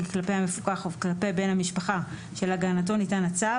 כלפי המפוקח וכלפי בן המשפחה שלהגעתו ניתן הצו,